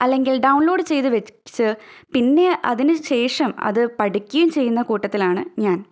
അല്ലെങ്കിൽ ഡൗൺലോഡ് ചെയ്ത് വെച്ച് പിന്നെ അതിനു ശേഷം അത് പഠിക്കുകയും ചെയുന്ന കൂട്ടത്തിലാണ് ഞാൻ